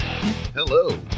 Hello